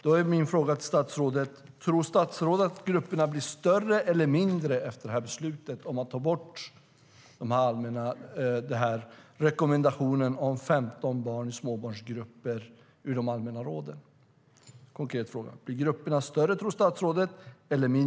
Då är min fråga till statsrådet: Tror statsrådet att grupperna blir större eller mindre efter beslutet om att ta bort rekommendationen om 15 barn i småbarnsgrupper ur de allmänna råden? Det är en konkret fråga.